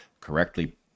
correctly